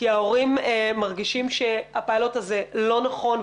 כי ההורים מרגישים הפיילוט הזה לא נכון,